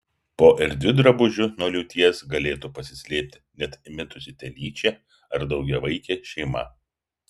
po erdviu drabužiu nuo liūties galėtų pasislėpti net įmitusi telyčia ar daugiavaikė šeima